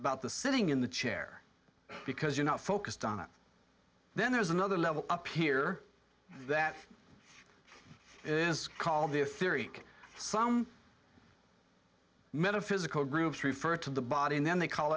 about the sitting in the chair because you're not focused on it then there's another level up here that is called the theory some metaphysical groups refer to the body and then they call